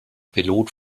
pilot